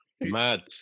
mad